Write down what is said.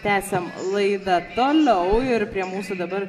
tęsiam laidą toliau ir prie mūsų dabar